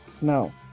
No